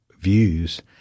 views